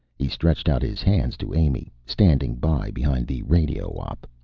he stretched out his hands to amy, standing by behind the radio op.